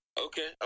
Okay